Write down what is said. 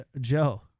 Joe